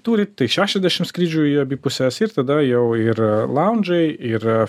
turit tai šešiasdešim skrydžių į abi puses ir tada jau ir laundžai ir